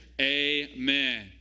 amen